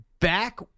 back